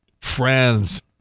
Friends